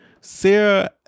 Sarah